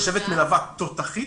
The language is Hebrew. חשבת מלווה תותחית.